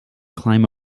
climb